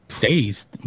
days